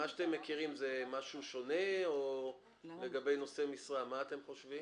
מה שאתם מכירים לגבי נושא משרה זה משהו שונה?